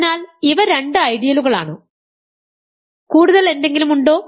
അതിനാൽ ഇവ രണ്ട് ഐഡിയലുകളാണ് കൂടുതൽ എന്തെങ്കിലും ഉണ്ടോ